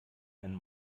einen